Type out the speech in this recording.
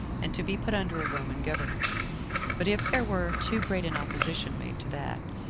and to be put under a roman governor but if there were too great an opposition made to that,